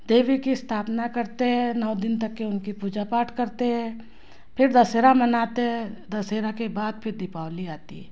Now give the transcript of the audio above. देवी की स्थापना करते है नौ दिन तक कि उनकी पूजा पाठ करते हैं फिर दशहरा मनाते हैं दशहरा के बाद फिर दीपावली आती है